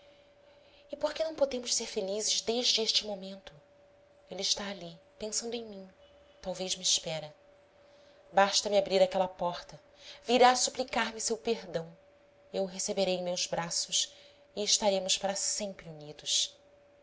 e por que não podemos ser felizes desde este momento ele está ali pensando em mim talvez me espera basta-me abrir aquela porta virá suplicar me seu perdão eu o receberei em meus braços e estaremos para sempre unidos